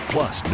Plus